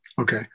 Okay